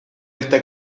está